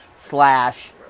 slash